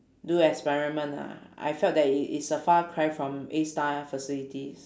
do experiment ah I felt that it it is a far cry from A-star facilities